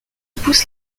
pousse